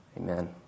amen